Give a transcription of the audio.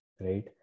right